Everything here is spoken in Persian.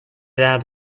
درد